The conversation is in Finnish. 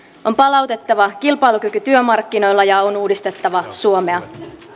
on palautettava kilpailukyky työmarkkinoilla ja on uudistettava suomea